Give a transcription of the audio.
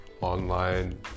online